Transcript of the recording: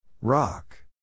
Rock